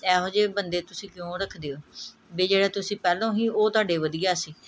ਇਹੋ ਜਿਹੇ ਬੰਦੇ ਤੁਸੀਂ ਕਿਉਂ ਰੱਖਦੇ ਹੋ ਵਈ ਜਿਹੜਾ ਤੁਸੀਂ ਪਹਿਲੋਂ ਸੀ ਉਹ ਤੁਹਾਡੇ ਵਧੀਆ ਸੀ